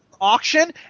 auction